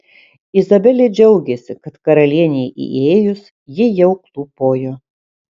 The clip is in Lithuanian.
izabelė džiaugėsi kad karalienei įėjus ji jau klūpojo